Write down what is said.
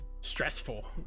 stressful